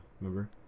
Remember